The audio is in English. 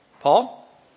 Paul